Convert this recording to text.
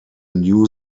new